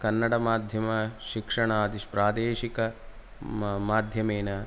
कन्नडमाध्यम शिक्षणादि प्रादेशिक मा माध्यमेन